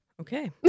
Okay